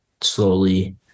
slowly